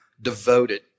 devoted